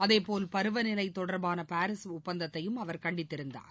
அதேபோல் பருவநிலை தொடர்பாள பாரிஸ் ஒப்பந்தத்தையும் அவர் கண்டிந்திருந்தார்